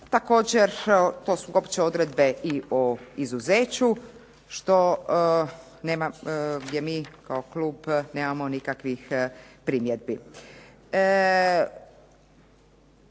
Također, to su opće odredbe i o izuzeću što nema, gdje mi kao klub nemamo nikakvih primjedbi.